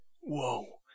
Whoa